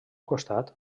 costat